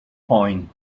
point